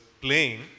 playing